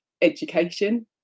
education